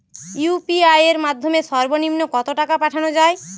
UPI এর মাধ্যমে সর্ব নিম্ন কত টাকা পাঠানো য়ায়?